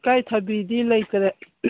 ꯏꯀꯥꯏ ꯊꯥꯕꯤꯗꯤ ꯂꯩꯇꯔꯦ